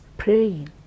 praying